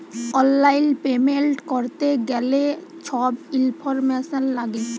অললাইল পেমেল্ট ক্যরতে গ্যালে ছব ইলফরম্যাসল ল্যাগে